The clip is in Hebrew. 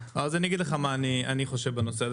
אז אני אגיד לך מה אני חושב בנושא הזה,